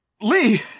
Lee